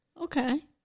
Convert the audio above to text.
Okay